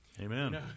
Amen